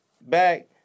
back